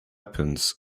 happens